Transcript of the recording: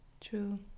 True